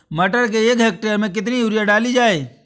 मटर के एक हेक्टेयर में कितनी यूरिया डाली जाए?